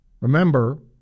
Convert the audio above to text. Remember